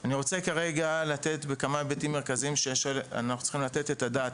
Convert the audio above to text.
אני רוצה כרגע לתת בכמה היבטים מרכזיים שאנחנו צריכים לתת את הדעת,